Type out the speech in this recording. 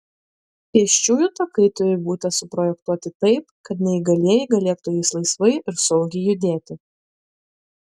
pėsčiųjų takai turi būti suprojektuoti taip kad neįgalieji galėtų jais laisvai ir saugiai judėti